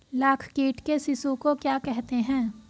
लाख कीट के शिशु को क्या कहते हैं?